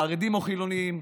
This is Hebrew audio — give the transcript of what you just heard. חרדים או חילונים,